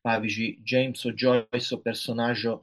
pavyzdžiui džeimso džoiso personažo